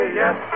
yes